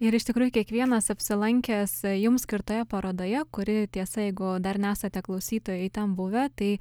ir iš tikrųjų kiekvienas apsilankęs jums skirtoje parodoje kuri tiesa jeigu dar nesate klausytojai ten buvę tai